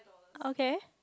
okay